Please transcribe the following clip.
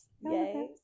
yay